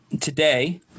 today